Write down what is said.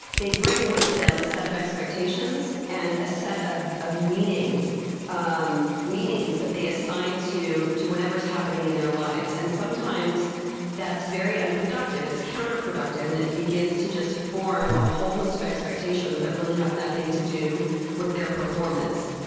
they bring with them a set of expectations and a set of of um meanings that they assign to to whatever is happening in their lives. and sometimes that's very unproductive. it's counterproductive and it begins to just form a whole host of expectations that really have nothing to do with their performance.